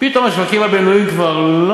פתאום השווקים הבין-לאומים כבר,